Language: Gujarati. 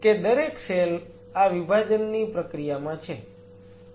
કે દરેક સેલ આ વિભાજનની પ્રક્રિયામાં છે